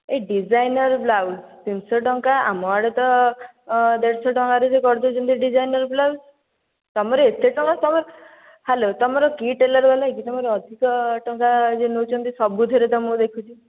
ଏ designer blouse ତିନିଶହ ଟଙ୍କା ଆମ ଆଡ଼େ ତ ଦେଢ଼ଶହ ଟଙ୍କାରେ ବି କରିଦେଉଛନ୍ତି ଡିଜାଇନର୍ ବ୍ଲାଉଜ ତୁମର ଏତେ ଟଙ୍କା ତୁମର ହ୍ୟାଲୋ ତୁମର କି ଟେଲର ବାଲା କି ତୁମର ଅଧିକା ଟଙ୍କା ଯେ ନେଉଛନ୍ତି ସବୁଥିରେ ତ ମୁଁ ଦେଖୁଛି